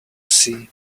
see